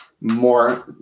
more